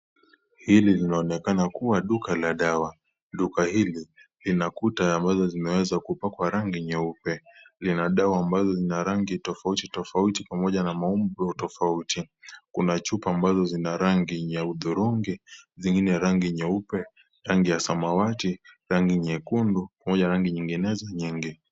Hili linaonekana kuwa duka la dawa. Duka hili lina kuta ambazo zimeweza kupakwa rangi nyeupe. Lina dawa ambazo zina rangi tofauti tofauti pamoja na maumbo tofauti. Kuna chupa ambazo zina rangi ya hudhurungi, zingine rangi nyeupe, rangi ya samawati, rangi nyekundu pamoja na rangi nyinginezo nyingi.